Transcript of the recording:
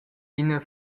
ina